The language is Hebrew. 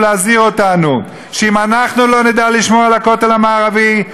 ולהזהיר אותנו שאם אנחנו לא נדע לשמור על הכותל המערבי,